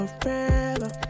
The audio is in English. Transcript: forever